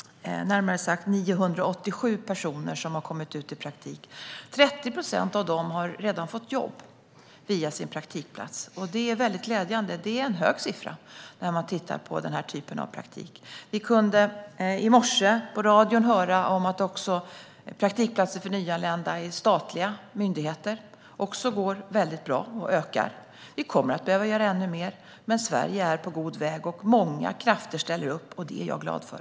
Närmare sagt 987 personer har kommit ut i praktik. 30 procent av dem har redan fått jobb via sin praktikplats. Det är glädjande. Det är en hög siffra för den typen av praktik. I morse kunde vi höra på radion att praktikplatser för nyanlända i statliga myndigheter också går bra och ökar. Vi kommer att behöva göra ännu mer, men Sverige är på god väg. Många krafter ställer upp, och det är jag glad för.